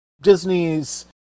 Disney's